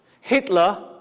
Hitler